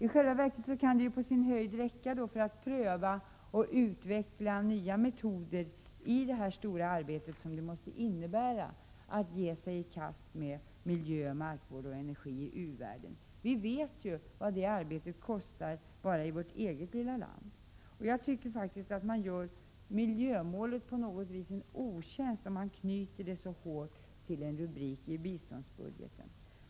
I själva verket kan det på sin höjd räcka för att pröva och utveckla nya metoder i det stora arbete som det måste innebära att ge sig i kast med miljö, markvård och energi i u-världen. Vi vet ju vad det arbetet kostar bara i vårt eget lilla land. Jag tycker att man på något vis gör miljömålet en otjänst om man knyter det så hårt till en rubrik i biståndsbudgeten.